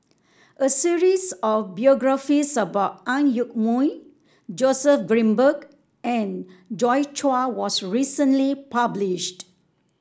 a series of biographies about Ang Yoke Mooi Joseph Grimberg and Joi Chua was recently published